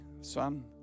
Son